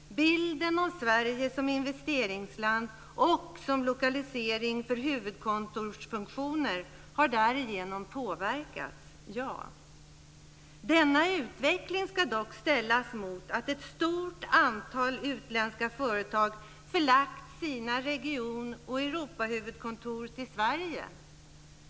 Bilden av Sverige som investeringsland och som lokalisering för huvudkontorsfunktioner har därigenom visserligen påverkats, men denna utveckling ska ställas mot att ett stort antal utländska företag förlagt sina region och Europahuvudkontor till Sverige.